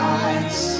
eyes